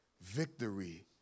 victory